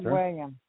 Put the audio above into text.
William